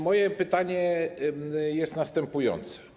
Moje pytanie jest następujące.